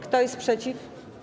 Kto jest przeciw?